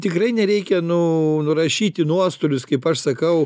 tikrai nereikia nu nurašyt į nuostolius kaip aš sakau